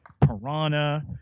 piranha